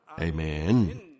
Amen